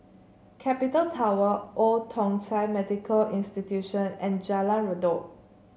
Capital Tower Old Thong Chai Medical Institution and Jalan Redop